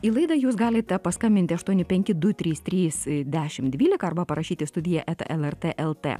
į laidą jūs galite paskambinti aštuoni penki du trys trys dešim dvylika arba parašyti į studiją eta lrt lt